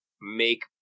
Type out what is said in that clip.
make